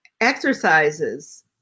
exercises